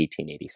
1887